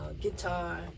guitar